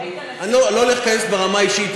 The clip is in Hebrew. אני לא הולך להיכנס ברמה האישית,